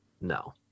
No